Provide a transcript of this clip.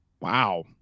Wow